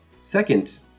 Second